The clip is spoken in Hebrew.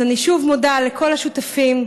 אז אני שוב מודה לכל השותפים,